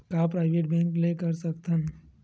का private bank ले कर सकत हन?